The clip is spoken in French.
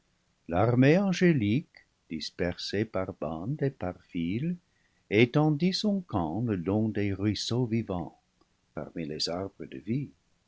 l'armée angélique dispersée par bandes et par files étendit son camp le long des ruisseaux vivants parmi les arbres de vie